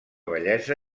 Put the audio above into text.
bellesa